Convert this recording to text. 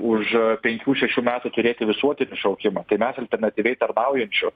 už penkių šešių metų turėti visuotinį šaukimą tai mes alternatyviai tarnaujančių